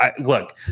look